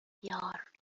یار